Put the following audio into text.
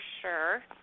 sure